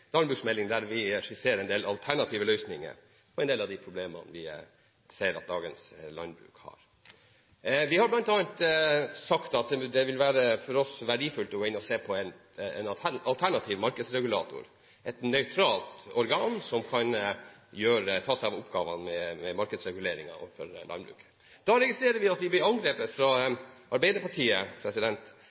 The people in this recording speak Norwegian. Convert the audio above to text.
landbruksmelding, der vi skisserer en del alternative løsninger og en del av de problemene vi ser at dagens landbruk har. Vi har bl.a. sagt at det for oss vil være verdifullt å gå inn og se på en alternativ markedsregulator, et nøytralt organ, som kan ta på seg oppgaven med markedsreguleringer overfor landbruket. Da registrerer vi at vi blir angrepet av Arbeiderpartiet.